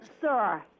sir